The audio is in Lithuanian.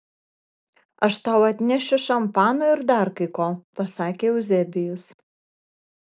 aš tau atnešiu šampano ir dar kai ko pasakė euzebijus